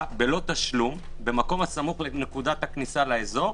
ללא תשלום במקום הסמוך לנקודת הכניסה לאזור,